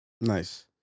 Nice